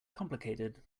complicated